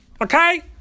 okay